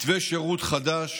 מתווה שירות חדש